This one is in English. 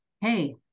hey